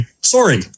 Sorry